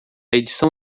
edição